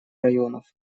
районов